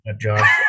Josh